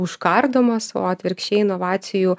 užkardomas o atvirkščiai inovacijų